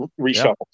reshuffled